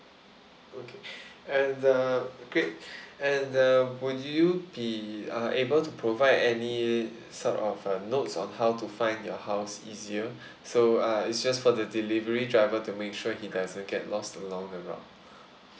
okay and uh great and uh would you be uh able to provide any sort of uh notes on how to find your house easier so uh is just for the delivery driver to make sure he doesn't get lost along the route